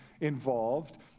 involved